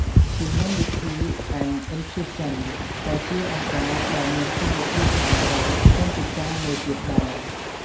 ហ្យូមេននីធី អេន អុីន ឃ្លូសសិន Humanity & Inclusion ក៏ជាអង្គការដែលមានកម្មវិធីគាំទ្រជនពិការមួយទៀតដែរ។